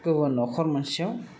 गुबुन नखर मोनसेयाव